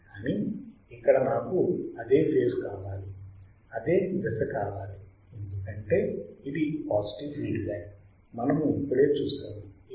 కానీ ఇక్కడ నాకు అదే ఫేజ్ కావాలి అదే దశ కావాలి ఎందుకంటే ఇది పాజిటివ్ ఫీడ్ బ్యాక్ మనము ఇప్పుడే చూశాము